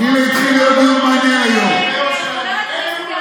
בכל מקום אני אגיד את זה.